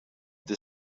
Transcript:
they